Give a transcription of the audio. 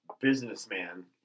Businessman